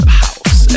house